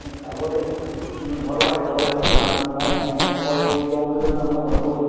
চাব লাগিব ঘৰতো পাতি চাব লাগিব কথাটো কাৰণ মই মন অকল লওঁ বুলি ক'লে নহ'ব নহয় ঘৰতো